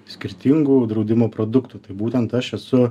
skirtingų draudimo produktų tai būtent aš esu